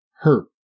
hurt